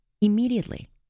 immediately